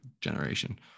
generation